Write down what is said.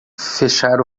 fechar